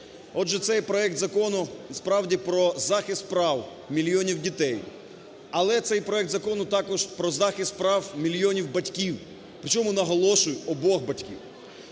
Отже, цей проект закону справді про захист прав мільйонів дітей. Але цей проект закону також про захист прав мільйонів батьків, причому, наголошую, обох батьків.